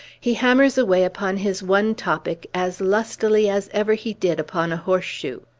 he hammers away upon his one topic as lustily as ever he did upon a horseshoe!